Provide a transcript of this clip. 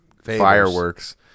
fireworks